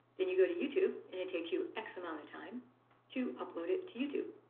then you go to youtube, and it takes you x amount of time to upload it to youtube.